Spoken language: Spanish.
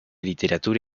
literatura